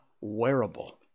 wearable